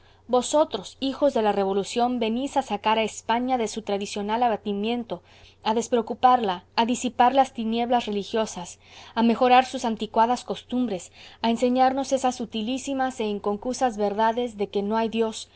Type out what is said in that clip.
vosotros hijos de la revolución venís a sacar a españa de su tradicional abatimiento a despreocuparla a disipar las tinieblas religiosas a mejorar sus anticuadas costumbres a enseñarnos esas utilísimas e inconcusas verdades de que no hay dios